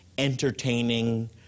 entertaining